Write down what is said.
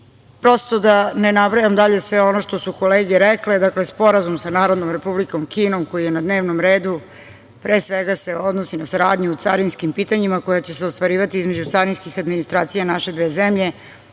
prosto da ne nabrajam dalje sve ono što su kolege rekle. Sporazum sa Narodnom Republikom Kinom koji je na dnevnom redu pre svega se odnosi na saradnju u carinskim pitanjima koja će se ostvarivati između carinskih administracija naše dve zemlje,